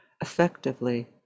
effectively